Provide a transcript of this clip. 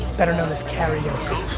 better known as karaoke.